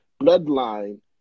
bloodline